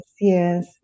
Yes